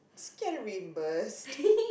just get it reimburse